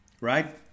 right